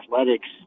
athletics